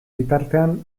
bitartean